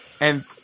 and-